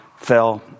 fell